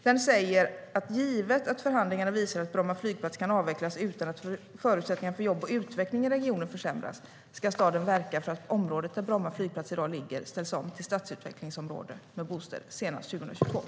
Den säger att givet att förhandlingarna visar att Bromma flygplats kan avvecklas utan att förutsättningarna för jobb och utveckling i regionen försämras ska staden verka för att området där Bromma flygplats i dag ligger ställs om till stadsutvecklingsområde med bostäder senast 2022.